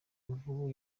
imvugo